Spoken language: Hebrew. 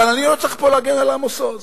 אבל אני לא צריך פה להגן על עמוס עוז,